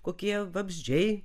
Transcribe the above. kokie vabzdžiai